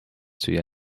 süüa